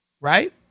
Right